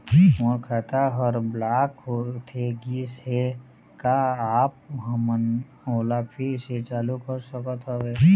मोर खाता हर ब्लॉक होथे गिस हे, का आप हमन ओला फिर से चालू कर सकत हावे?